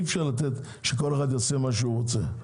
אי אפשר שכל אחד יעשה מה שהוא רוצה.